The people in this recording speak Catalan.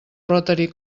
rotary